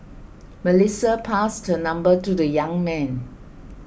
Melissa passed her number to the young man